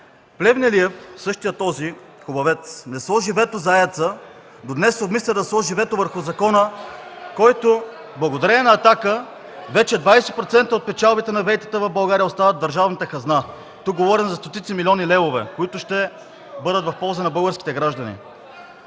Плевнелиев, същият този хубавец, не сложи вето за АЕЦ-а, но днес обмисля да сложи вето върху закона (силен шум и реплики от ГЕРБ) – благодарение на „Атака”, вече 20% от печалбите на ВЕИ-тата в България остават в държавната хазна! Тук говорим за стотици милиони левове, които ще бъдат в полза на българските граждани.